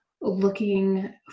looking